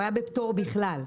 הוא היה בפטור בכלל.